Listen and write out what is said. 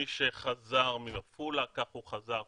כמי שחזר מעפולה, כך הוא חזר מווילנה.